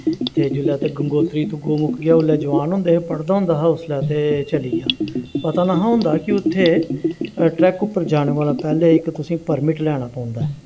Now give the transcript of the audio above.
ते जुल्लै उत्थें गंगोत्री तो गौमुख गेआ उल्लै जोआन होंदे हे पढ़दा होंदा हा उसलै ते चली आ पता निहां होंदा कि उत्थें ट्रैक उप्पर जाने कोला पैह्लें इक तुसें परमिट लैना पौंदा ऐ